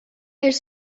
elle